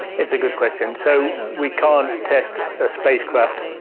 it's a good question. so we can't test a spacecraft,